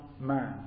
man